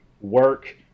work